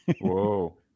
whoa